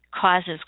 causes